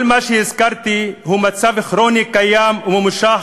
כל מה שהזכרתי הוא מצב כרוני קיים וממושך,